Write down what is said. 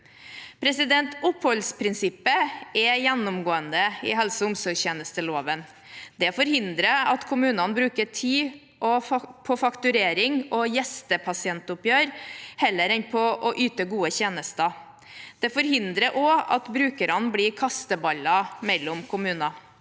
kommunen. Oppholdsprinsippet er gjennomgående i helse- og omsorgstjenesteloven. Det forhindrer at kommunene bruker tid på fakturering og gjestepasientoppgjør heller enn på å yte gode tjenester. Det forhindrer også at brukerne blir kasteballer mellom kommuner.